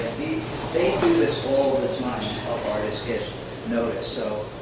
they do this all the time and help artists get noticed. so